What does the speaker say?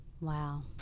Wow